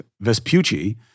Vespucci